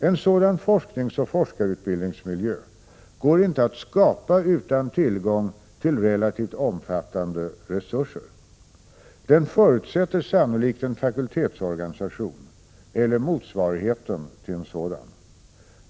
En sådan forskningsoch forskarutbildningsmiljö går inte att skapa utan tillgång till relativt omfattande resurser. Den förutsätter sannolikt en fakultetsorganisation eller motsvarigheten till en sådan.